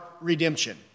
redemption